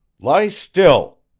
lie still!